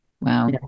Wow